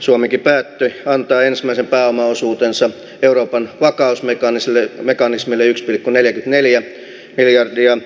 suomikin päätyi antaa ensimmäisen pää oma osuutensa euroopan vakausmekanismin mekanismelle ykspilkku neljä neljä miljardia